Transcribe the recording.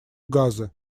газы